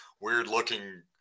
weird-looking